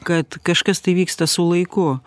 kad kažkas tai vyksta su laiku